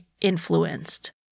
influenced